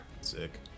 Sick